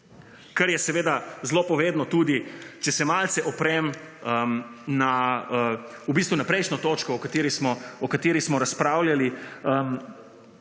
kar je seveda zelo povedno tudi, če se malce oprem na prejšnjo točko, o kateri smo razpravljali,